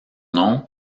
nom